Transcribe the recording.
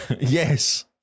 yes